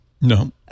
No